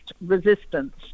resistance